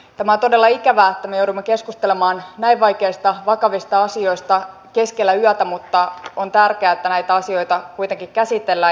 tämä on todella ikävää että me joudumme keskustelemaan näin vaikeista vakavista asioista keskellä yötä mutta on tärkeää että näitä asioita kuitenkin käsitellään